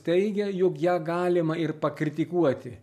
teigia jog ją galima ir pakritikuoti